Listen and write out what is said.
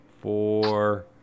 four